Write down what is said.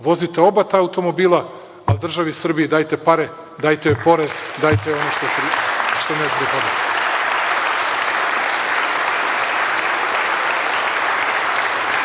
vozite oba ta automobila, ali državi Srbiji dajte pare, dajte joj porez, dajte joj ono što njoj pripada. Rad